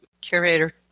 Curator